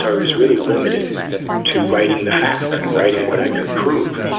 um he's really limited to writing the facts and writing what i could prove.